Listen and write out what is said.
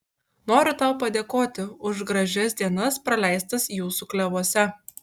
noriu tau padėkoti už gražias dienas praleistas jūsų klevuose